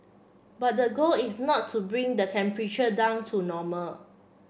but the goal is not to bring the temperature down to normal